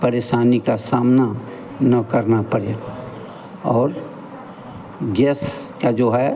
परेशानी का सामना न करना पड़े और गेस की जो है